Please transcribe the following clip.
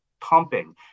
pumping